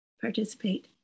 participate